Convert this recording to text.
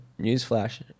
newsflash